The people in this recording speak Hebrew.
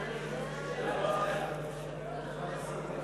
את הצעת חוק רישוי שירותים לרכב,